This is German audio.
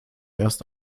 erst